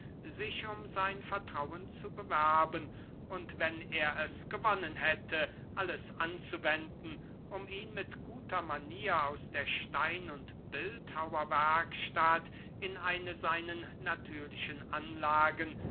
sich um sein vertrauen zu bewerben und wenn er es gewonnen hätte alles anzuwenden um ihn mit guter manier aus der stein und bildhauer werkstatt in eine seinen natürlichen anlagen